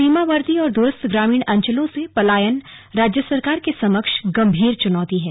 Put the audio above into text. सीमावर्ती और दूरस्थ ग्रामीण अंचलों से पलायन राज्य सरकार के समक्ष गम्भीर चुनौती है